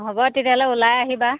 হ'ব তেতিয়াহ'লে ওলাই আহিবা